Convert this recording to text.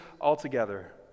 altogether